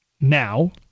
now